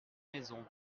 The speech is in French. maisons